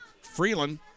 Freeland